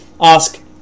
ask